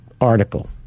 article